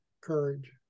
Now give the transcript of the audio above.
courage